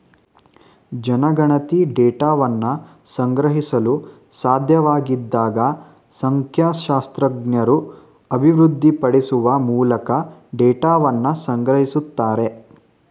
ಜನಗಣತಿ ಡೇಟಾವನ್ನ ಸಂಗ್ರಹಿಸಲು ಸಾಧ್ಯವಾಗದಿದ್ದಾಗ ಸಂಖ್ಯಾಶಾಸ್ತ್ರಜ್ಞರು ಅಭಿವೃದ್ಧಿಪಡಿಸುವ ಮೂಲಕ ಡೇಟಾವನ್ನ ಸಂಗ್ರಹಿಸುತ್ತಾರೆ